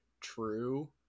true